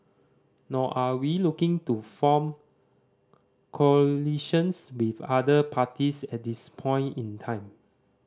nor are we looking to form coalitions with other parties at this point in time